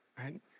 right